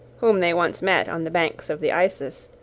whom they once met on the banks of the isis,